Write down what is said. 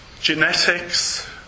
genetics